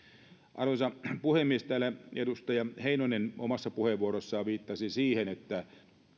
arvoisa puhemies täällä edustaja heinonen omassa puheenvuorossaan viittasi siihen että